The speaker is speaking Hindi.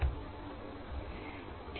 ठीक है